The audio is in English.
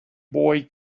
boy